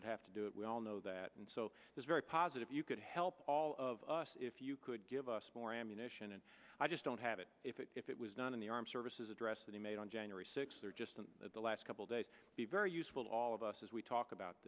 that have to do it we all know that and so it's very positive you could help all of us if you could give us more ammunition and i just don't have it if it was not in the armed services address that he made on january sixth or just in the last couple days be very useful to all of us as we talk about